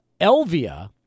Elvia